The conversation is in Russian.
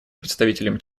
представителем